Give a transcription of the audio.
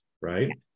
right